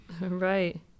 Right